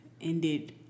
ended